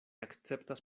akceptas